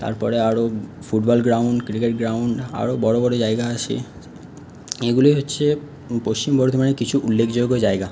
তারপরে আরও football ground cricket ground আরও বড়ো বড়ো জায়গা আছে এগুলোই হচ্ছে পশ্চিম বর্ধমানের কিছু উল্লেখযোগ্য জায়গা